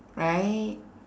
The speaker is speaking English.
right